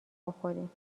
بخوریم